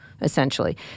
essentially